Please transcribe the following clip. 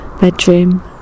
bedroom